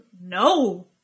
No